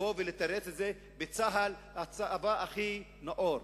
לבוא ולתרץ את זה בצה"ל, הצבא הכי נאור.